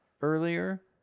earlier